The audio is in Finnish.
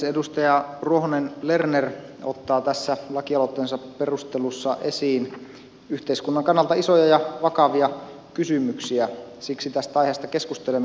edustaja ruohonen lerner ottaa tässä lakialoitteensa perustelussa esiin yhteiskunnan kannalta isoja ja vakavia kysymyksiä siksi tästä aiheesta keskusteleminen on tärkeää